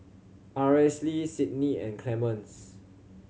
Aracely Cydney and Clemens